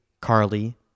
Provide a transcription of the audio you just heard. Carly